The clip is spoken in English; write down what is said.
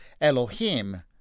Elohim